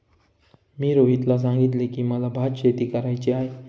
मी रोहितला सांगितले की, मला भातशेती करायची आहे